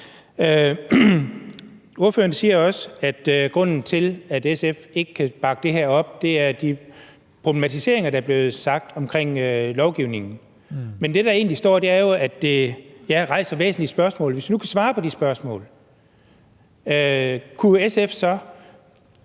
Ordføreren siger også, at grunden til, at SF ikke kan bakke det her op, er de problematiseringer, der er blevet rejst i forhold til lovgivningen. Men det, der egentlig står, er, at det, ja, rejser væsentlige spørgsmål, men hvis vi nu kan svare på de spørgsmål, kunne SF så